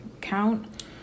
count